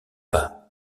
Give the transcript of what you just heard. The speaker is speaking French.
pas